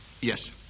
Yes